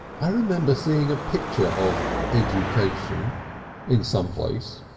i remember seeing a picture of education in some place.